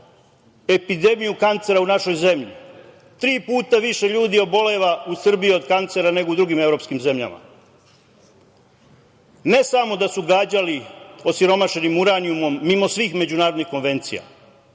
epidemiju kancera u našoj zemlji. Tri puta više ljudi oboljeva u Srbiji od kancera nego u drugim evropskim zemljama. Ne samo da su gađali osiromašenim uranijumom mimo svih međunarodnih konvencija,